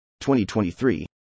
2023